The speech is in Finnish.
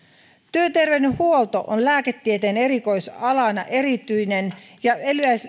työterveyshuolto on lääketieteen erikoisalana erityinen ja